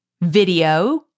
video